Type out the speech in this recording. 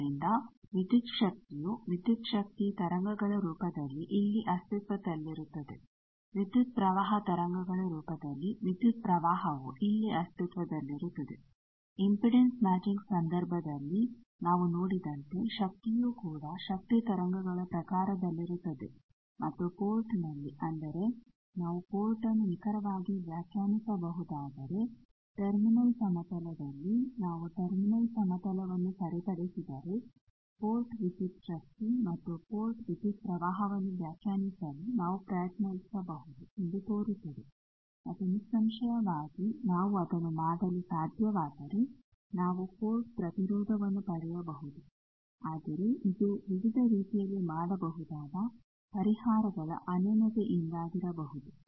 ಆದ್ದರಿಂದ ವಿದ್ಯುತ್ ಶಕ್ತಿಯು ವಿದ್ಯುತ್ ಶಕ್ತಿ ತರಂಗಗಳ ರೂಪದಲ್ಲಿ ಇಲ್ಲಿ ಅಸ್ತಿತ್ವದಲ್ಲಿರುತ್ತದೆ ವಿದ್ಯುತ್ ಪ್ರವಾಹ ತರಂಗಗಳ ರೂಪದಲ್ಲಿ ವಿದ್ಯುತ್ ಪ್ರವಾಹವು ಇಲ್ಲಿ ಅಸ್ತಿತ್ವದಲ್ಲಿರುತ್ತದೆ ಇಂಪಿಡೆನ್ಸ್ ಮ್ಯಾಚಿಂಗ್ ಸಂದರ್ಭದಲ್ಲಿ ನಾವು ನೋಡಿದಂತೆ ಶಕ್ತಿಯೂ ಕೂಡ ಶಕ್ತಿ ತರಂಗಗಳ ಪ್ರಕಾರದಲ್ಲಿರುತ್ತದೆ ಮತ್ತು ಪೋರ್ಟ್ ನಲ್ಲಿ ಅಂದರೆ ನಾವು ಪೋರ್ಟ್ನ್ನು ನಿಖರವಾಗಿ ವ್ಯಾಖ್ಯಾನಿಸಬಹುದಾದರೆ ಟರ್ಮಿನಲ್ ಸಮತಲದಲ್ಲಿ ನಾವು ಟರ್ಮಿನಲ್ ಸಮತಲವನ್ನು ಸರಿಪಡಿಸಿದರೆ ಪೋರ್ಟ್ ವಿದ್ಯುತ್ ಶಕ್ತಿ ಮತ್ತು ಪೋರ್ಟ್ ವಿದ್ಯುತ್ ಪ್ರವಾಹವನ್ನು ವ್ಯಾಖ್ಯಾನಿಸಲು ನಾವು ಪ್ರಯತ್ನಿಸಬಹುದು ಎಂದು ತೋರುತ್ತದೆ ಮತ್ತು ನಿಸ್ಸಂಶಯವಾಗಿ ನಾವು ಅದನ್ನು ಮಾಡಲು ಸಾಧ್ಯವಾದರೆ ನಾವು ಪೋರ್ಟ್ ಪ್ರತಿರೋಧವನ್ನು ಪಡೆಯಬಹುದು ಆದರೆ ಇದು ವಿವಿಧ ರೀತಿಯಲ್ಲಿ ಮಾಡಬಹುದಾದ ಪರಿಹಾರಗಳ ಅನನ್ಯತೆಯಿಂದಾಗಿರಬಹುದು